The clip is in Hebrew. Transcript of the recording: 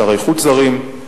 שרי חוץ זרים,